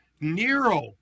Nero